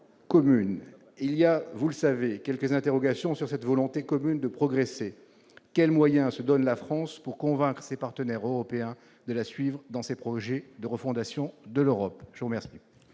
Il existe, vous le savez, quelques interrogations sur cette volonté commune de progresser. Quels moyens la France se donne-t-elle pour convaincre ses partenaires européens de la suivre dans ses projets de refondation de l'Europe ? La parole